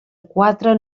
quatre